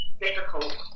difficult